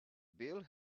bill